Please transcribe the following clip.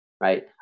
Right